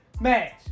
match